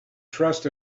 trust